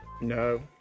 No